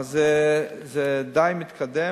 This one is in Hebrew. אז זה די מתקדם.